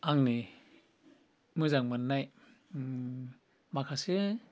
आंनि मोजां मोन्नाय माखासे